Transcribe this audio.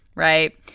right.